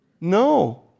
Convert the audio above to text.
No